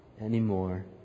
anymore